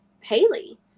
Haley